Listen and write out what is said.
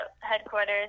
headquarters